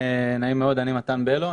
נעים מאוד, אני מתן בלו.